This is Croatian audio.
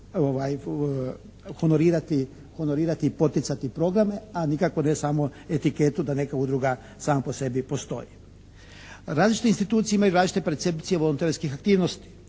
honorirati, poticati programe a nikako ne samo etiketu da neka udruga sama po sebi postoji. Različite institucije imaju različite percepcije volonterskih aktivnosti.